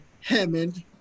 Hammond